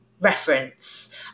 reference